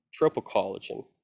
tropocollagen